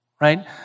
Right